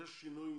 יש שינוי,